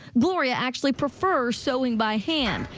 gloria actually prefers sewing by hand.